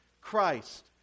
Christ